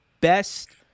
best